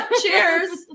Cheers